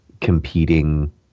competing